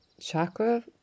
chakra